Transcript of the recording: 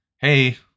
hey